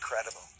incredible